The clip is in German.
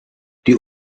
die